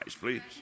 please